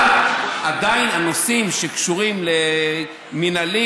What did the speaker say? אבל עדיין הנושאים שקשורים למינהלי,